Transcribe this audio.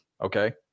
okay